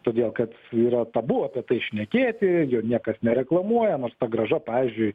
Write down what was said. todėl kad yra tabu apie tai šnekėti ir niekas nereklamuoja norst ta grąža pavyzdžiui